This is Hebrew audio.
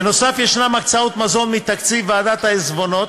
בנוסף, יש הקצאות מזון מתקציב ועדת העיזבונות,